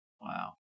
Wow